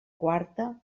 quarta